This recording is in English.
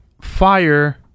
Fire